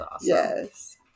Yes